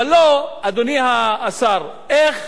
וָלא, אדוני השר, איך,